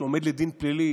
שעומד לדין פלילי